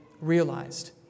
realized